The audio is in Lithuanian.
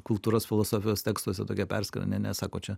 kultūros filosofijos tekstuose tokią perskyrą ne ne sako čia